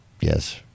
Yes